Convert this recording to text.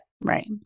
Right